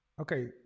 Okay